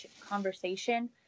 conversation